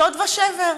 שוד ושבר: